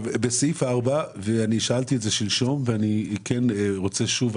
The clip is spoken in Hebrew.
בסעיף 4, ושאלתי את זה שלשום ואני רוצה לשאול שוב.